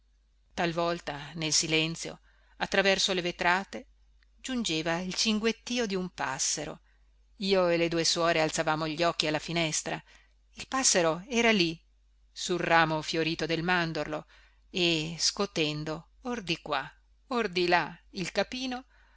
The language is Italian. talvolta nel silenzio attraverso le vetrate giungeva il cinguettìo di un passero io e le due suore alzavamo gli occhi alla finestra il passero era lì su ramo fiorito del mandorlo e scotendo or di qua or di là il capino